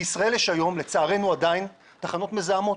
בישראל יש היום, לצערנו עדיין, תחנות מזהמות.